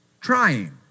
trying